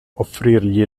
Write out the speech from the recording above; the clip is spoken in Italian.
offrirgli